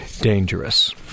Dangerous